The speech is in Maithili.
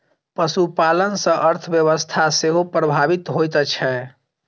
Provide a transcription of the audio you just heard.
पशुपालन सॅ अर्थव्यवस्था सेहो प्रभावित होइत छै